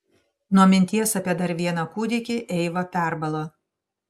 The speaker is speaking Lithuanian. nuo minties apie dar vieną kūdikį eiva perbalo